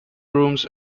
rooms